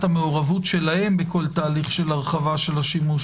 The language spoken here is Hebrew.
המעורבות שלהם בכל תהליך של הרחבה של השימוש